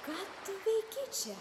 ką tu veiki čia